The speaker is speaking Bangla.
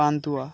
পান্তুয়া